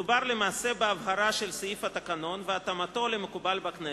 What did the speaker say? מדובר למעשה בהבהרה של סעיף התקנון ובהתאמתו למקובל בכנסת.